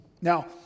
Now